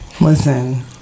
Listen